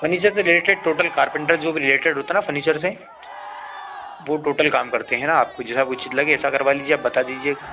furniture से related total carpenter जो भी रिलेटेड होता ना फ़र्नीचर से वह टोटल काम करते हैं ना आपको जैसा कुछ लगे ऐसा करवा लीजिए आप बता दीजिएगा